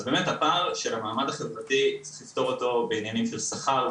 אז באמת הפער של המעמד החברתי צריכים לפתור אותו בעניינים של שכר,